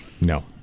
no